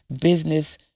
business